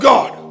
God